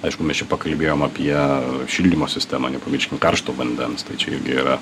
aišku mes čia pakalbėjom apie šildymo sistemą nepamirškim karšto vandens tai čia irgi yra